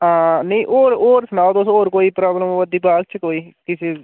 हां नेईं होर होर सनाओ तुस होर कोई प्राब्लम आवै'रदी बाग च कोई किसै च